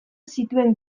zituen